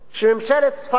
שממשלת ספרד